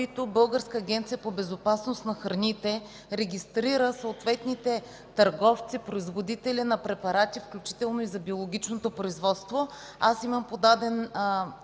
Българската агенция по безопасност на храните регистрира съответните търговци – производители на препарати, включително и за биологичното производство.